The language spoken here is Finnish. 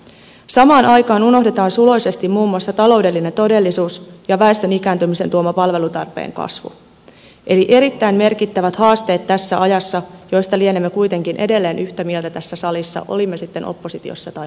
samaan aikaan unohdetaan suloisesti muun muassa taloudellinen todellisuus ja väestön ikääntymisen tuoma palvelutarpeen kasvu eli erittäin merkittävät haasteet tässä ajassa joista lienemme kuitenkin edelleen yhtä mieltä tässä salissa olimme sitten oppositiossa tai hallituksessa